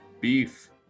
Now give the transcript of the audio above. beef